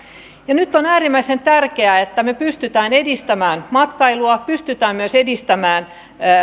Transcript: nyt on äärimmäisen tärkeää että me pystymme edistämään matkailua pystymme myös edistämään